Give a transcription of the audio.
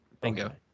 Bingo